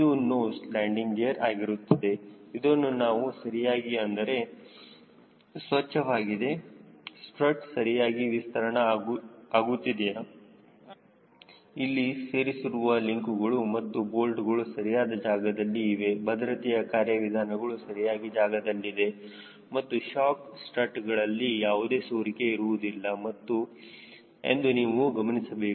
ಇದು nose landing ಗೇರ್ಆಗಿರುತ್ತದೆ ಇದನ್ನು ನಾವು ಸರಿಯಾಗಿ ಅಂದರೆ ಸ್ವಚ್ಛವಾಗಿದೆ ಸ್ಟ್ರಟ್ ಸರಿಯಾಗಿ ವಿಸ್ತರಣೆ ಆಗುತ್ತಿದೆಯಾ ಇಲ್ಲಿ ಸೇರಿಸಿರುವ ಲಿಂಕುಗಳು ಮತ್ತು ಬೋಲ್ಟ್ ಗಳು ಸರಿಯಾದ ಜಾಗದಲ್ಲಿ ನೀವೆ ಭದ್ರತೆಯ ಕಾರ್ಯವಿಧಾನಗಳು ಸರಿಯಾಗಿ ಜಾಗದಲ್ಲಿದೆ ಮತ್ತು ಶಾಕ್ ಸ್ಟ್ರಟ್ ಗಳಲ್ಲಿ ಯಾವುದೇ ಸೋರಿಕೆ ಇರುವುದಿಲ್ಲ ಎಂದು ನೀವು ಗಮನಿಸಬೇಕು